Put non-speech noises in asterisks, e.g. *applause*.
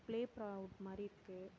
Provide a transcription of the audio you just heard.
*unintelligible* would மாதிரி இருக்குது